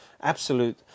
Absolute